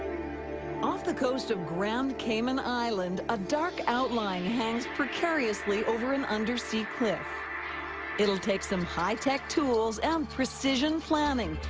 off the coast of grand cayman island a dark outline hangs precariously over an undersea cliff it'll take some high-tech tools and precision planning.